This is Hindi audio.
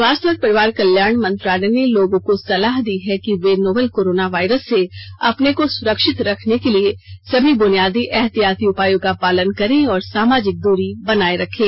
स्वास्थ्य और परिवार कल्याण मंत्रालय ने लोगों को सलाह दी है कि वे नोवल कोरोना वायरस से अपने को सुरक्षित रखने के लिए सभी बुनियादी एहतियाती उपायों का पालन करें और सामाजिक दूरी बनाए रखें